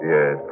Yes